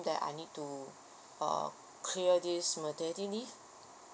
that I need to uh clear this maternity leave